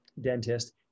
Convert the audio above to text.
dentist